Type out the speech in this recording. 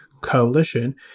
coalition